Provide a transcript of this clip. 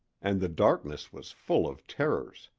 and the darkness was full of terrors.